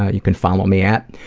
ah you can follow me at,